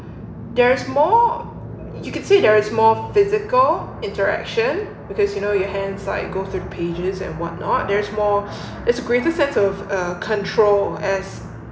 there is more you could see there is more physical interaction because you know your hands like go through pages and what not there's more is greater sense of uh control as